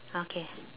okay